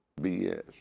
BS